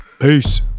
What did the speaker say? Peace